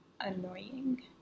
annoying